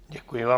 Děkuji vám.